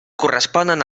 corresponen